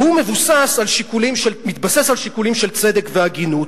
והוא מתבסס על שיקולים של צדק והגינות.